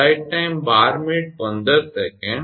14